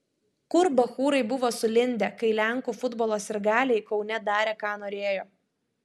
kur bachūrai buvo sulindę kai lenkų futbolo sirgaliai kaune darė ką norėjo